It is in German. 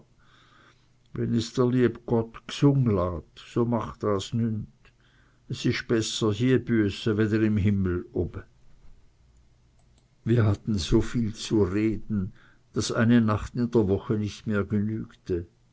wenn is der lieb gott gsung lat su macht das nüt es ist besser hie büeße weder im himmel obe wir hatten so viel zu reden daß eine nacht in der woche nicht mehr genügte